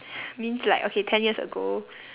means like okay ten years ago